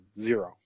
zero